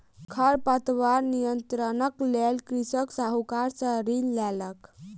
खरपतवार नियंत्रणक लेल कृषक साहूकार सॅ ऋण लेलक